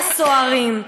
הסוהרים.